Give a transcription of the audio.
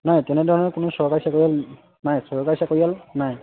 নাই তেনেধৰণৰ কোনো চৰকাৰী চাকৰিয়াল নাই চৰকাৰী চাকৰিয়াল নাই